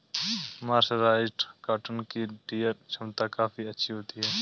mercerised cotton की tear छमता काफी अच्छी होती है